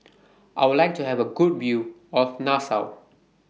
I Would like to Have A Good View of Nassau